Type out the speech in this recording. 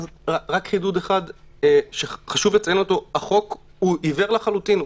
החוק עיוור לחלוטין,